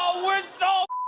um we're so